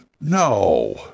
no